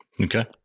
Okay